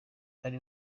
ari